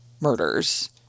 murders